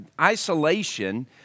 Isolation